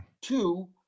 Two